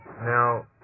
Now